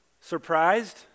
Surprised